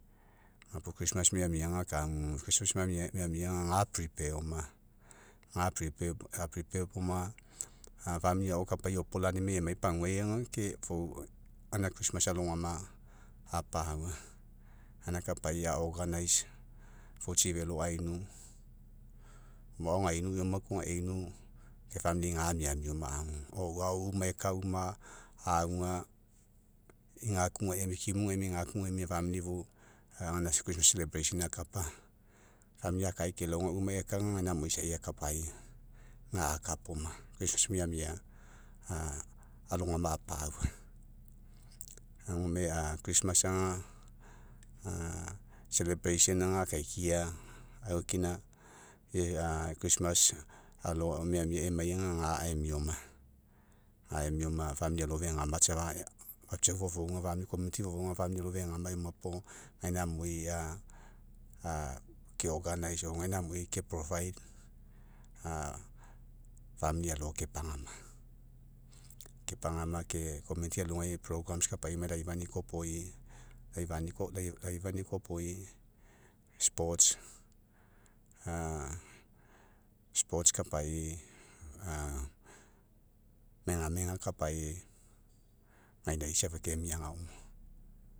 miamia kagu ga miamia, aga oma. Ga oma, agao kapai eopolanimai emai paguai aga, ke fou gaina alogama apa'aua. Gaina kapai a gou tsi velo ainu, mao gainu, eoma koa einu, ga amiamia oma agu, uma oka, uma auga, igakuga, ikimuga, igakuga emia fou akapa. akai kelao, uma eka ga, gaina amui isai akapai, ga'akapaoma. miamia alogama apa'aua. Gome aga ga akaikia, aufakina alo, miamia emai ga emia oma. Ga emia oma alo fegama safa, papiau fofouga fafia fofouga alo fegama eoma puo, gaina amui a'a ke o gaina amui ke a alo kepagama. Kepagama ke alogai kapai laifani'i koaopoi a akapi'i, a megamega kapai'i gainai safa kemia agamo.